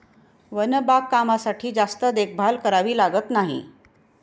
one बागकामासाठी जास्त देखभाल करावी लागत नाही